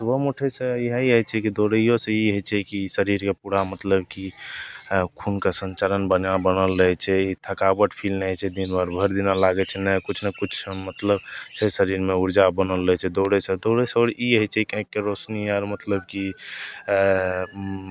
सुबहमे उठै छै इएह होइ छै कि दौड़ैओसे ई होइ छै कि शरीरके पूरा मतलब कि खूनके सञ्चालन बढ़िआँ बनल रहै छै थकावट फील नहि होइ छै दिनभरि भरि दिना लागै नहि किछु ने किछु मतलब छै शरीरमे उर्जा बनल रहै छै दौड़ैसे दौड़ैसे आओर ई होइ छै कि आँखिके रोशनी आएल मतलब कि